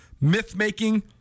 Myth-making